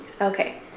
okay